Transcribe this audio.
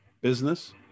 business